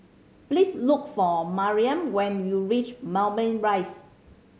please look for Maryam when you reach Moulmein Rise